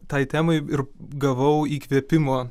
tai temai ir gavau įkvėpimo